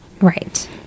Right